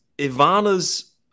Ivana's